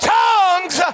tongues